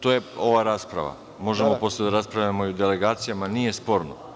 To je ova rasprava, a posle možemo da raspravljamo o delegacijama, nije sporno.